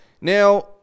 Now